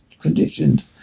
conditioned